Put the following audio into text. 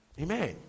Amen